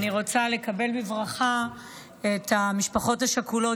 אני רוצה לקדם בברכה את המשפחות השכולות